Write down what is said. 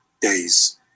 Days